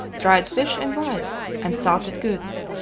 dried fish and rice, and salted goods.